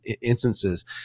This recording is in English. instances